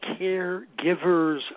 Caregivers